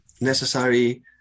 necessary